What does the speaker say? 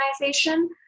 organization